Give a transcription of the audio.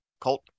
Colt